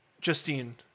Justine